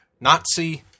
Nazi